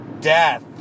death